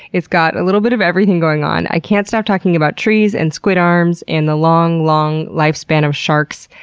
it's got a little bit of everything going on. i can't stop talking about trees and squid arms and the long, long, lifespan of sharks.